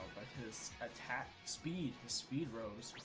this attack speed speed rose